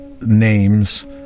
names